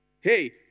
hey